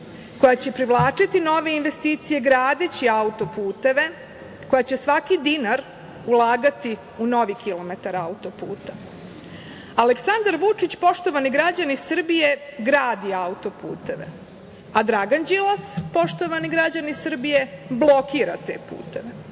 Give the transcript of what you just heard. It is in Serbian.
koja će privlačiti nove investicije, gradeći autoputeve, koja će svaki dinar ulagati u novi kilometar autoputa. Aleksandar Vučić, poštovani građani Srbije, gradi autoputeve, a Dragan Đilas, poštovani građani Srbije, blokira te puteve.